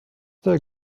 their